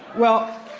well,